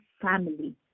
family